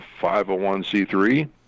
501C3